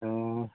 অঁ